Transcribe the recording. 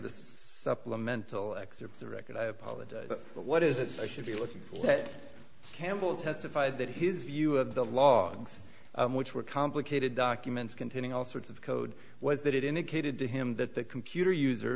the supplemental excerpts the record i apologize but what is it i should be looking for that campbell testified that his view of the logs which were complicated documents containing all sorts of code was that it indicated to him that the computer user